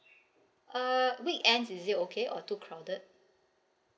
uh weekends is it okay or too crowded